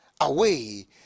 away